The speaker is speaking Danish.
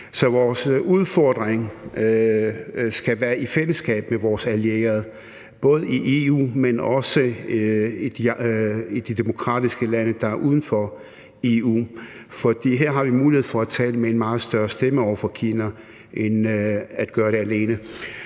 Så vores udfordring skal være i fællesskab med vores allierede, både i EU, men også i de demokratiske lande, der er uden for EU. For her har vi mulighed for at tale med en meget større stemme over for Kina, end hvis vi gør det alene.